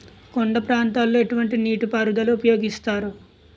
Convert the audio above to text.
కొండ ప్రాంతాల్లో ఎటువంటి నీటి పారుదల ఉపయోగిస్తారు?